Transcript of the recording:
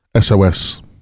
SOS